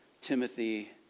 Timothy